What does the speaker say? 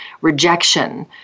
rejection